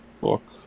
book